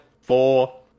four